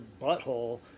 butthole